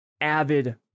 avid